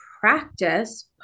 practice